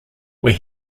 where